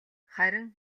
харин